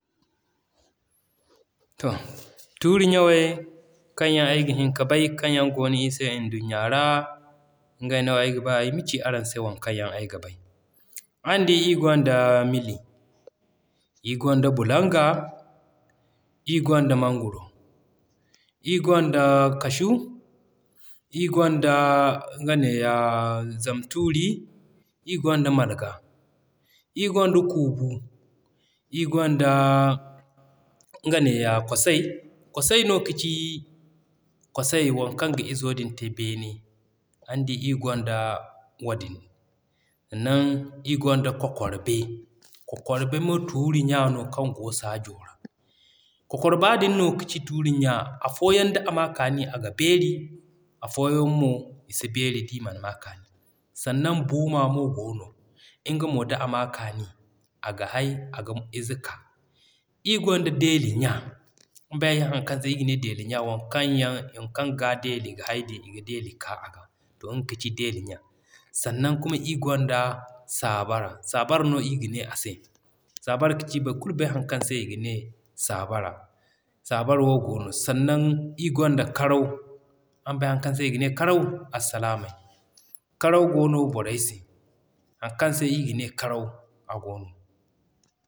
To, Tuuri ɲaŋey kaŋ ayga hin ka bay kaŋ yaŋ goono iri se nduɲɲa ra, ngey no ayga ba ay ma ci araŋ se waŋ kaŋ yaŋ ayga bay. Araŋ di ir gonda: Limi, iri gonda Bulanga, iri gonda Mangoro, iri gonda Cashew, iri gonda nga neeya Zam tuuri, iri gonda Malga, iri gonda Kuubu, iri gonda nga neeya Kosay. Kosay no kaci Kosay waŋ kaŋ ga izo din te beene. Araŋ di ir gonda wadin. Sannan ir gonda Kokorbe. Kokorbe mo tuuri ɲa no kaŋ goo saajo ra. Kokorba din no kaci tuuri ɲa, afooyaŋ d'a ma kaani aga beeri, afooyaŋ mo i si beeri d'i man m'a kaani. Sannan Booma mo goono, nga mo d'a ma kaani aga hay aga ize ka. Iri gonda Deeli ɲa, araŋ bay haŋ kaŋ se ir ga ne Deeli ɲa? Waŋ kaŋ yaŋ waŋ kaŋ g'a Deeli ga hay din, i ga Deeli k'a aga. To nga kaci Deeli ɲa. Sannan kuma ir gonda Saabara. Saabara no ir ga ne ase. Saabara kaci boro kulu bay haŋ kaŋ se i ga ne Saabara. Saabara wo goono. Sannan ir gonda Karaw. Araŋ bay haŋ kaŋ se i ga ne Karaw arsilaamay? Karaw goono borey se, haŋ kaŋ se ir ga ne Karaw a goono.